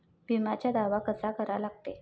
बिम्याचा दावा कसा करा लागते?